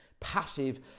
passive